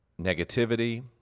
negativity